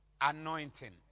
anointing